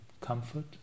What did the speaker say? comfort